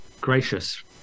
gracious